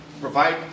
Provide